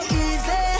easy